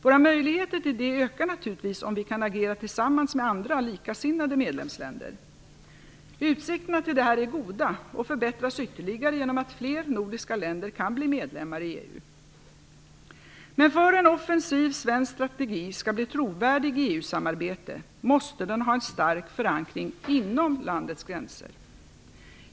Våra möjligheter till detta ökar naturligtvis om vi kan agera tillsammans med andra likasinnade medlemsländer. Utsikterna till detta är goda och förbättras ytterligare genom att fler nordiska länder kan bli medlemmar i EU.Men för att en offensiv svensk strategi skall bli trovärdig i EU-samarbetet måste den ha en stark förankring inom landets gränser.